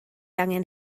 angen